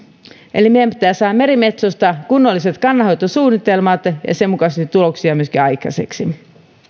eli meidän pitää saada merimetsosta kunnolliset kannanhoitosuunnitelmat ja senmukaisia tuloksia myöskin aikaiseksi